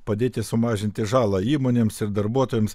padėti sumažinti žalą įmonėms ir darbuotojams